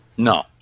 No